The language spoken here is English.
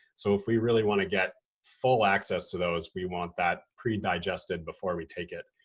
so if we really wanna get full access to those, we want that pre-digested before we take it.